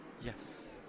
Yes